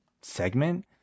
segment